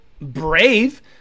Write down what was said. brave